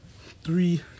Three